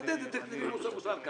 אל תטיף לנו מוסר כאן.